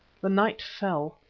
the night fell,